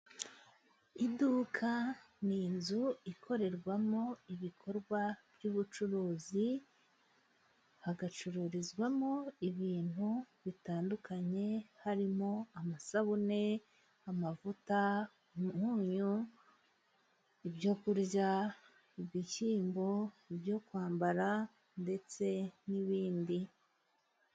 Iduka ni inzu ikorerwamo ibikorwa byubucuruzi，hagacururizwamo ibintu bitandukanye， harimo amasabune， amavuta， umunyu， ibyo kurya， ibishyimbo， ibyo kwambara， ndetse n'ibindi.